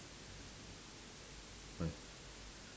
my